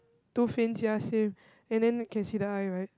two fins sia same and then you can see the eye right